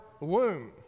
womb